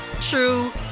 true